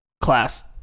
class